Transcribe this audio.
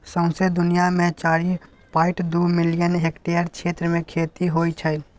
सौंसे दुनियाँ मे चारि पांइट दु मिलियन हेक्टेयर क्षेत्र मे खेती होइ छै